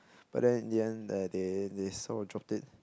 but then in the end err they they sort of dropped it